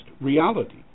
reality